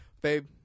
babe